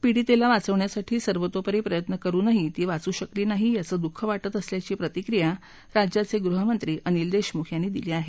पीडितेला वाचवण्यासाठी सर्वतोपरी प्रयत्न करूनही ती वाचू शकली नाही याचं दुःख वा िं असल्याची प्रतिक्रिया राज्याचे गृहमंत्री अनिल देशमुख यांनी दिली आहे